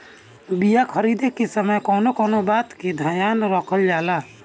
बीया खरीदे के समय कौन कौन बात के ध्यान रखल जाला?